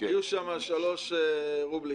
הזכיר שם שלוש רובריקות.